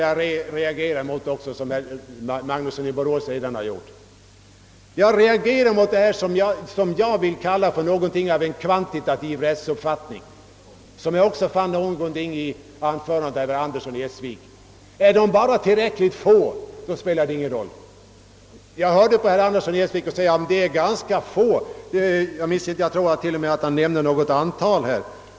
I likhet med herr Magnusson i Borås reagerar jag mot vad jag vill kalla en kvantitativ rättsuppfattning. Den uppfattningen kom också till uttryck i anförandet av herr Andersson i Essvik: Är det bara tilräckligt få som drabbas av det nya skattesystemet, spelar det ingen roll. Herr Andersson sade att det här rör sig om ganska få skattebetalare, och jag tror att han nämnde något antal.